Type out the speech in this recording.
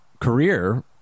career